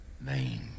name